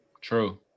true